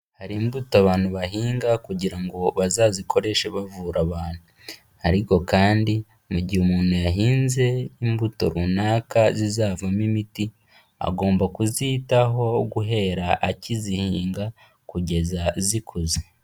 Hari imbuto abantu bahinga kugira ngo bazazikoreshe bavura abantu ariko kandi mu gihe umuntu yahinze imbuto runaka zizavamo imiti, agomba kuzitaho guhera akizihinga kugeza zikuze.